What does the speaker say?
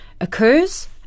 occurs